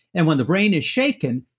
and when the brain is shaken,